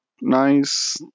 nice